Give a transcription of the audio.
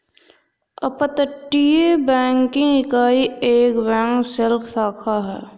अपतटीय बैंकिंग इकाई एक बैंक शेल शाखा है